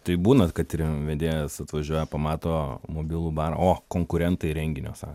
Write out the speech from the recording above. tai būna kad ir vedėjas atvažiuoja pamato mobilų barą o konkurentai renginio sa